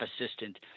assistant